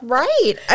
right